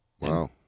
Wow